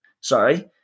sorry